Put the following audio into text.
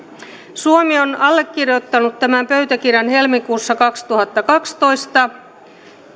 suomi on allekirjoittanut tämän pöytäkirjan helmikuussa kaksituhattakaksitoista